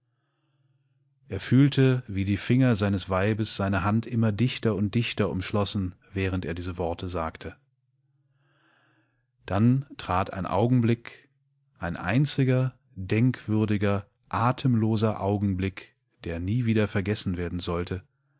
er fühlte wie die finger seines weibes seine hand immer dichter und dichter umschlossen während er diese worte sagte dann trat ein augenblick ein einziger denkwürdiger atemloser augenblick der nie wieder vergessen werden sollte